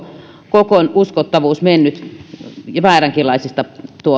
koko uskottavuuskin on mennyt vääränlaisista